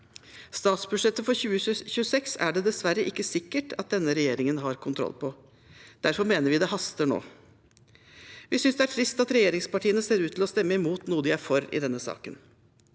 Statsbudsjettet for 2026 er det dessverre ikke sikkert at denne regjeringen har kontroll på. Derfor mener vi det haster nå. Vi synes det er trist at regjeringspartiene i denne saken ser ut til å stemme imot noe de er for. Vi vil